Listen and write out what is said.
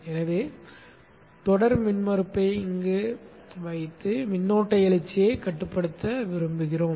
எனவே தொடர் மின்மறுப்பை இங்கே எங்காவது வைத்து மின்னோட்ட எழுச்சியைக் கட்டுப்படுத்த விரும்புகிறோம்